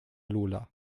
lola